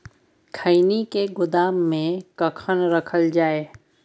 खैनी के गोदाम में कखन रखल जाय?